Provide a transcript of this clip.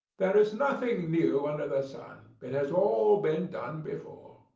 there is nothing new under the sun. it has all been done before.